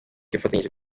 yafatanyije